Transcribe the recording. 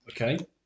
Okay